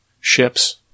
ships